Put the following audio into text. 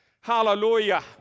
Hallelujah